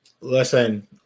Listen